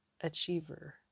achiever